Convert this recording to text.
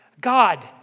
God